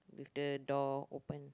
with the door open